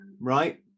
right